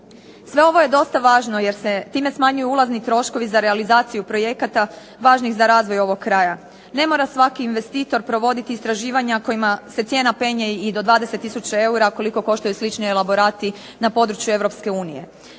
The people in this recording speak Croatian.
Sve ovo je dosta važno jer se time smanjuju ulazni troškovi za realizaciju projekata važnih za razvoj ovog kraja. Ne mora svaki investitor provoditi istraživanja kojima se cijena penje i do 20000 eura koliko koštaju slični elaborati na području